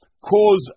cause